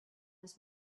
his